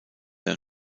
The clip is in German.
der